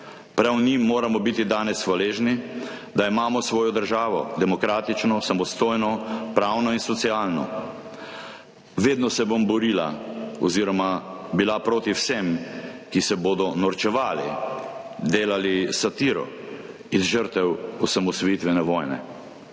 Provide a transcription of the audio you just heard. Prav njim moramo biti danes hvaležni, da imamo svojo državo, demokratično, samostojno, pravno in socialno. Vedno se bom borila oziroma bom proti vsem, ki se bodo norčevali, delali satiro iz žrtev osamosvojitvene vojne,